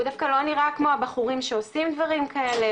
הוא דווקא לא נראה כמו הבחורים שעושים דברים כאלה,